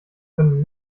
können